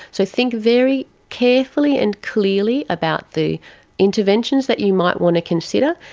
so think very carefully and clearly about the interventions that you might want to consider,